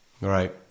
Right